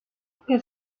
que